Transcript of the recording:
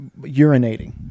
urinating